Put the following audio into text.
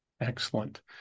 Excellent